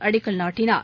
அடிக்கல் நாட்டினார்